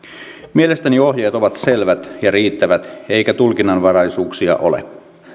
mielestäni ohjeet ovat selvät ja riittävät eikä tulkinnanvaraisuuksia ole